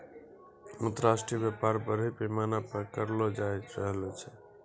अन्तर्राष्ट्रिय व्यापार बरड़ी पैमाना पर करलो जाय रहलो छै